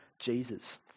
Jesus